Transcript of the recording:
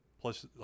Plus